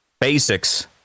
basics